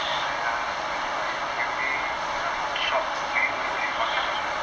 !aiya! you do the same thing everyday no matter how short you also feel fucking long